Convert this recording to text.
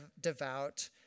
devout